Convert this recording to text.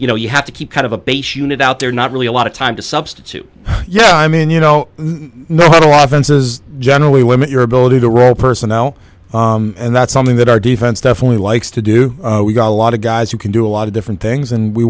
you know you have to keep kind of a base unit out there not really a lot of time to substitute yeah i mean you know not a lot of fences generally limit your ability to roll personnel and that's something that our defense definitely likes to do we've got a lot of guys who can do a lot of different things and we